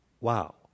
wow